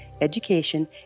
education